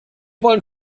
wollen